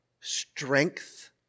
Strength